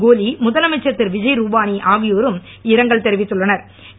கோலி முதலமைச்சர் திருவிஜய் ருபானி ஆகியோரும் இரங்கல் தெரிவித்துள்ளனன்